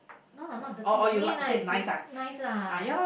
no I'm not dirty I mean nice nice lah